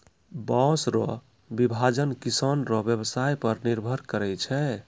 बाँस रो विभाजन किसान रो व्यवसाय पर निर्भर करै छै